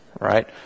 Right